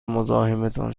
مزاحمتان